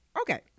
Okay